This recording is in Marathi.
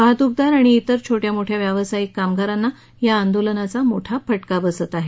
वाहतूकदार आणि इतर छोट्या मोठ्या व्यावसायिक कामगारांना या आंदोलनाचा मोठा फटका बसत आहे